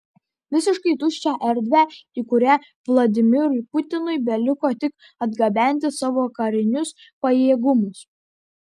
visiškai tuščią erdvę į kurią vladimirui putinui beliko tik atgabenti savo karinius pajėgumus